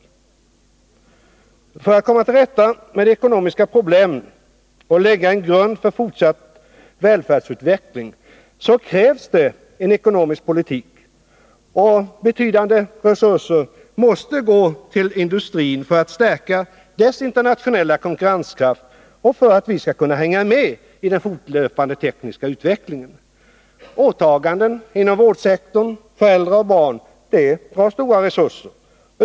För att vi skall komma till rätta med de ekonomiska problemen och lägga en grund för fortsatt välfärdsutveckling krävs en kärv ekonomisk politik. Betydande resurser måste gå till industrin för att stärka dess internationella konkurrenskraft och för att vi skall kunna hänga med i den fortlöpande tekniska utvecklingen. Åtagandena inom vårdsektorn för äldre och barn drar stora resurser.